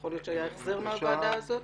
יכול להיות שהיה החזר מהוועדה הזאת?